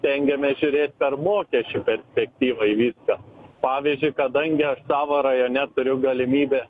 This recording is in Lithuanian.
stengiamės žiūrėt per mokesčių perspektyvą viską pavyzdžiui kadangi aš savo rajone turiu galimybę